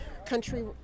country